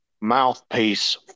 mouthpiece